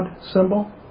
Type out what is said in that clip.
symbol